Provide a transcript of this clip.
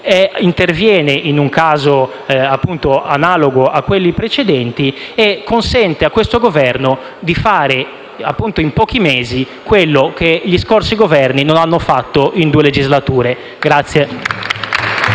interviene in un caso analogo a quelli precedenti e consente a questo Governo di fare, appunto in pochi mesi, quello che i precedenti Governi non hanno fatto in due legislature.